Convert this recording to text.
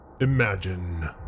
Imagine